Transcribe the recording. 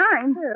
time